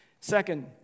Second